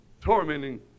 tormenting